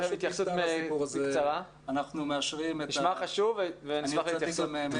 זה נשמע חשוב, ונשמח להתייחסות.